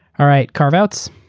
all right, carve-outs?